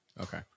Okay